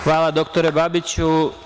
Hvala, dr Babiću.